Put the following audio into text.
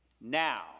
Now